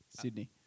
Sydney